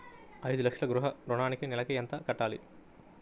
ఐదు లక్షల గృహ ఋణానికి నెలకి ఎంత కట్టాలి?